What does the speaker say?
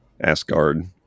Asgard